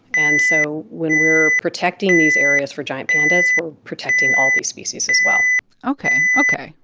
and so when we're protecting these areas for giant pandas, we're protecting all these species as well ok, ok.